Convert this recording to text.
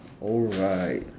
alright